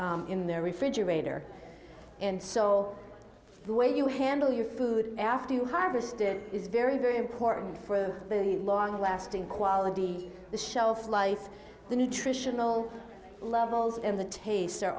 in their refrigerator and so the way you handle your food after you harvest it is very very important for the long lasting quality the shelf life the nutritional levels and the taste